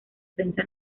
prensa